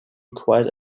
quite